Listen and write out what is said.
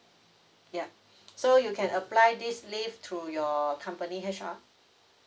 yeuh so you can apply this leave through your company H_R